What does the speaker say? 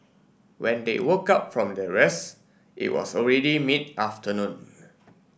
when they woke up from their rest it was already mid afternoon